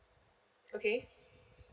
okay